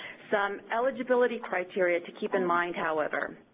some eligibility criteria to keep in mind, however